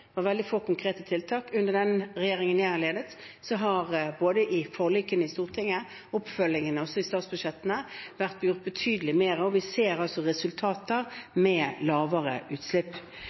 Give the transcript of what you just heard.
var veldig få konkrete tiltak. Under den regjeringen jeg har ledet, har det i både forlikene i Stortinget og oppfølgingen i statsbudsjettene vært gjort betydelig mer, og vi ser altså resultater, med lavere utslipp.